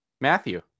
Matthew